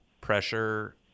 pressure